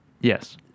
Yes